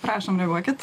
prašom reaguokit